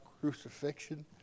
crucifixion